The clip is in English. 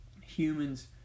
humans